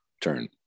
turn